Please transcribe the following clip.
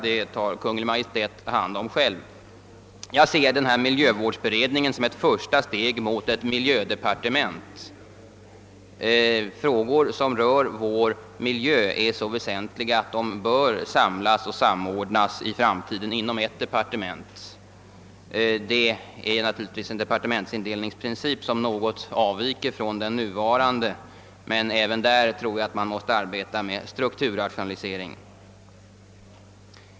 Den tar Kungl. Maj:t hand om själv. Jag ser miljövårdsberedningen som ett första steg mot ett miljödepartement. Frågor som rör vår miljö är så väsentliga, att de bör samlas och samordnas inom ett departement i framtiden. Detta innebär givetvis en departementsindelningsprincip som avviker något från den nuvarande, men även i det fallet tror jag att man måste företa en strukturrationalisering.